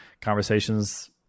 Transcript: conversations